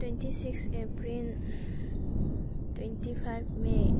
twenty six April twenty five may